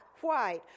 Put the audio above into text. white